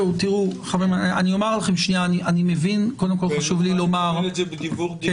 קודם כול, חשוב לי לומר שאני